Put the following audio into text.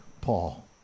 Paul